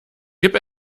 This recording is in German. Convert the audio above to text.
gib